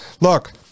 Look